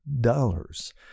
dollars